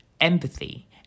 empathy